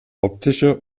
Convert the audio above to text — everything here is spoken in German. optische